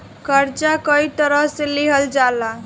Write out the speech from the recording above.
कर्जा कई तरह से लेहल जाला